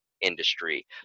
industry